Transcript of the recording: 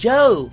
Joe